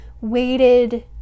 waited